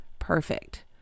perfect